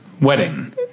wedding